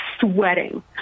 sweating